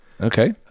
Okay